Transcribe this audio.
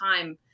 time